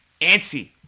antsy